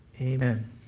Amen